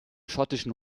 schottischen